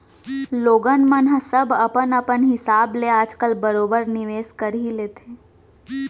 लोगन मन ह सब अपन अपन हिसाब ले आज काल बरोबर निवेस कर ही लेथे